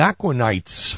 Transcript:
Aquanites